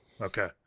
okay